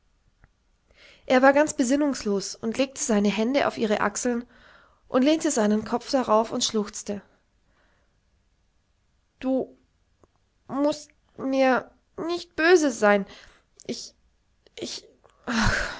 er war ganz besinnungslos und legte seine hände auf ihre achseln und lehnte seinen kopf darauf und schluchzte du mußt mir nicht böse sein ich ich